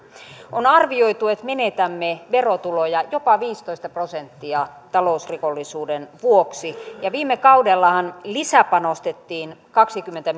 on arvioitu että menetämme verotuloja jopa viisitoista prosenttia talousrikollisuuden vuoksi ja viime kaudellahan lisäpanostettiin kaksikymmentä